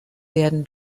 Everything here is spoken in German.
werden